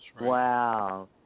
Wow